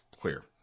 clear